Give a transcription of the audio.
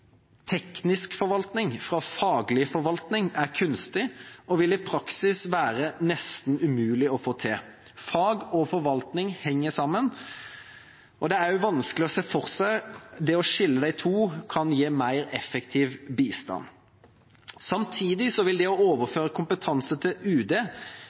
teknisk forvaltning fra faglig forvaltning er kunstig og vil i praksis være nesten umulig å få til. Fag og forvaltning henger sammen. Det er også vanskelig å se for seg hvordan det å skille de to kan gi en mer effektiv bistand. Samtidig vil det å overføre kompetanse til UD,